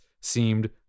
seemed